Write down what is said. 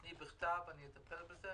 תפני בכתב ואני אברר ואטפל בזה.